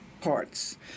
parts